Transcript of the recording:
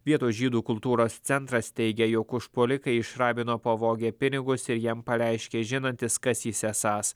vietos žydų kultūros centras teigė jog užpuolikai iš rabino pavogė pinigus ir jam pareiškė žinantis kas jis esąs